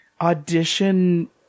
audition